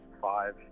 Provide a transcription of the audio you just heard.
five